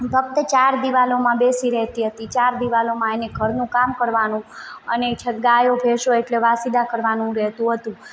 ફક્ત ચાર દીવાલોમાં બેસી રહેતી હતી ચાર દીવાલોમાં એને ઘરનું કામ કરવાનું અને જે છે ગાયો ભેંસો એટલે વાસિદા કરવાનું રહેતું હતું